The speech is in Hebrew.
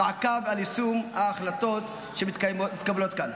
מעקב על יישום ההחלטות שמתקבלות כאן.